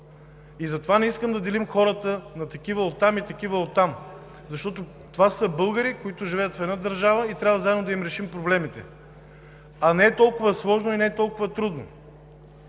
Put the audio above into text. Затова не искам да делим хората на такива оттам и на такива оттам, защото това са българи, които живеят в една държава и трябва заедно да им решим проблемите. А не е толкова сложно и трудно,